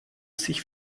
sich